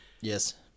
Yes